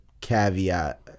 caveat